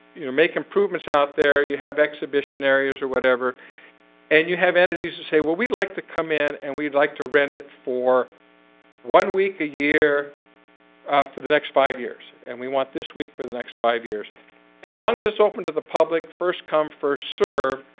you know make improvements out there you have exhibition areas or whatever and you have entities to say well we'd like to come in and we'd like to rent it for one week a year for the next five years and we want this week for the next five years as long as it's open to the public first-come first-served